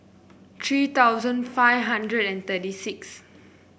three thousand five hundred and thirty six